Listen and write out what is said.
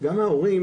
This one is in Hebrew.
גם ההורים,